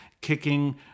kicking